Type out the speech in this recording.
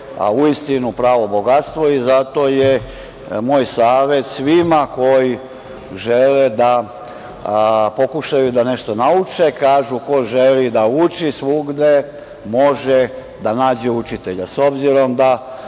uistinu, pravo bogatstvo i zato je moj savet svima koji žele da pokušaju da nešto nauče, kažu da ko želi da uči, svugde može da nađe učitelja.